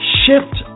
shift